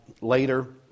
later